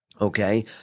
okay